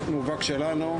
בסוף אלו הפועלים שלנו,